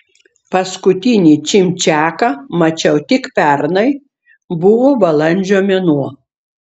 paskutinį čimčiaką mačiau tik pernai buvo balandžio mėnuo